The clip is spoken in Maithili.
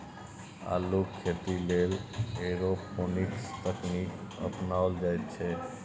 अल्लुक खेती लेल एरोपोनिक्स तकनीक अपनाओल जाइत छै